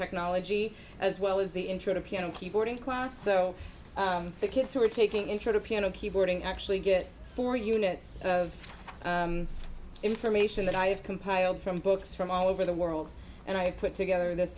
technology as well as the intro to piano keyboard in class so the kids who are taking intro to piano keyboarding actually get four units of information that i've compiled from books from all over the world and i put together this